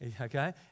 Okay